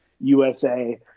USA